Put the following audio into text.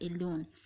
alone